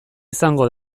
izango